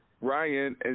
Ryan